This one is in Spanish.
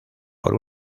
por